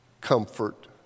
comfort